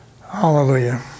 Hallelujah